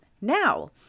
now